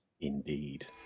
indeed